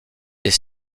est